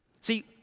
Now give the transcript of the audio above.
See